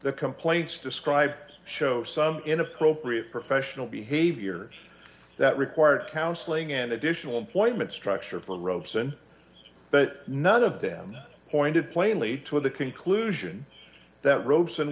the complaints described show some inappropriate professional behaviors that required counseling and additional employment structure of the ropes and but none of them pointed plainly to the conclusion that robes